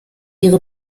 ihre